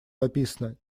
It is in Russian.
написано